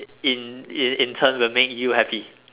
in in in turn will make you happy